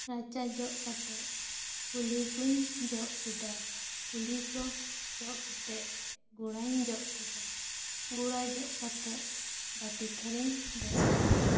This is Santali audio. ᱨᱟᱪᱟ ᱠᱚ ᱡᱚᱜ ᱠᱟᱛᱮᱫ ᱠᱩᱞᱦᱤ ᱠᱩᱧ ᱡᱚᱜ ᱠᱮᱫᱟ ᱡᱚᱜ ᱠᱟᱛᱮᱫ ᱠᱟᱛᱮᱫ ᱜᱚᱲᱟᱧ ᱡᱚ ᱠᱮᱫᱟ ᱜᱚᱲᱟ ᱡᱚᱜ ᱠᱟᱛᱮᱫ ᱵᱟ ᱴᱤ ᱛᱷᱟ ᱨᱤᱧ ᱜᱷᱟᱥᱟ ᱣ ᱠᱮᱫᱟ